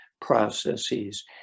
processes